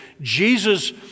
Jesus